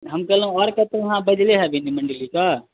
हम कहलहुॅं और कत्तौ अहाँ बजने हैब ने मण्डलीकें